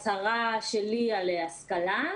הצהרה שלי על השכלה.